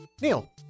Neil